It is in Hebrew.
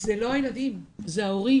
זה לא הילדים, זה ההורים,